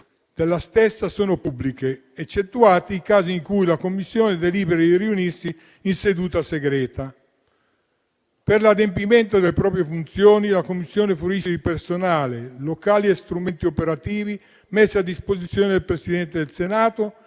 della stessa sono pubbliche, eccettuati i casi in cui la Commissione deliberi di riunirsi in seduta segreta. Per l'adempimento delle proprie funzioni, la Commissione fruisce di personale, locali e strumenti operativi messi a disposizione dal Presidente del Senato